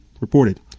reported